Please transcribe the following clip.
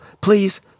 please